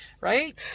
right